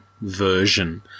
version